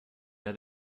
der